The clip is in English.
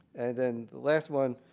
then the last one,